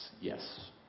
yes